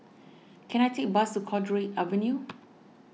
can I take a bus to Cowdray Avenue